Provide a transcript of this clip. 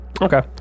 Okay